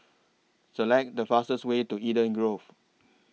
Select The fastest Way to Eden Grove